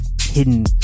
hidden